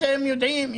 אתם יודעים,